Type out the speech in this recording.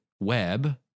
Web